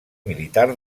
militar